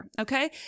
okay